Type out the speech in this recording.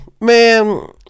Man –